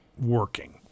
working